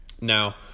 Now